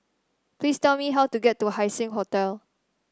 please tell me how to get to Haising Hotel